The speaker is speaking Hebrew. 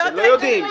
אז הם לא יודעים.